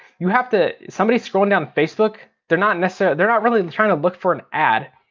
you have to, somebody's scrolling down facebook they're not and so they're not really trying to look for an ad.